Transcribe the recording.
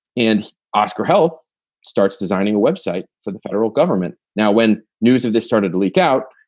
and oscar health starts designing a web site for the federal government. now, when news of this started to leak out,